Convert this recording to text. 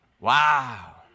wow